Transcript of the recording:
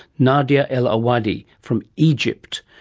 nadia el-awady, from egypt.